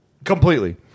Completely